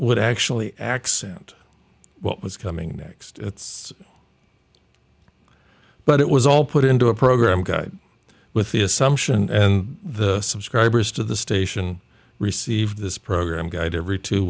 would actually accent what was coming next it's but it was all put into a program guide with the assumption and the subscribers to the station received this program guide every two